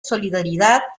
solidaridad